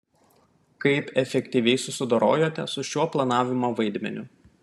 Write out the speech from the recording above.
kaip efektyviai susidorojote su šiuo planavimo vaidmeniu